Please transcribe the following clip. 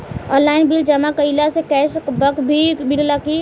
Online bill जमा कईला से कैश बक भी मिलेला की?